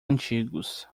antigos